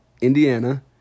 Indiana